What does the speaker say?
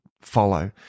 follow